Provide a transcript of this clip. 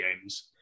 games